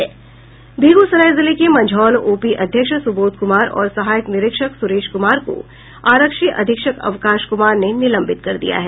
बेगूसराय जिले के मंझौल ओपी अध्यक्ष सुबोध कुमार और सहायक निरीक्षक सुरेश कुमार को आरक्षी अधीक्षक अवकाश कुमार ने निलंबित कर दिया है